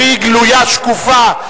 שהיא גלויה ושקופה,